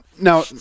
Now